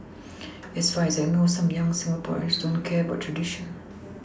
as far as I know some young Singaporeans don't care about traditions